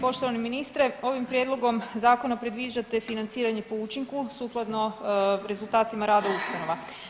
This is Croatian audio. Poštovani ministre, ovim prijedlogom zakona predviđate financiranje po učinku sukladno rezultatima rada ustanova.